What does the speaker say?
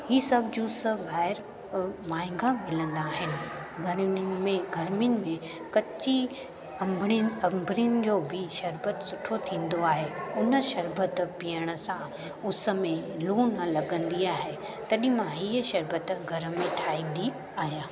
ही सभु जूस ॿाहिरि महांगा मिलंदा आहिनि गर्मियुनि में गर्मियुनि जी कची अंबड़ियुनि अंबड़ियुनि जो बि शरबत सुठो थींदो आहे हुन शरबत पीअण सां उस में लू न लॻंदी आहे तॾहिं मां हीअ शरबत घर में ठाहींदी आहियां